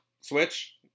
Switch